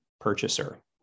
purchaser